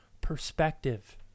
perspective